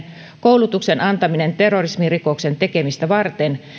koulutuksen antaminen terrorismirikoksen tekemistä varten